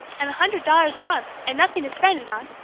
and a hundred dollars a month, and nothing to spend it on,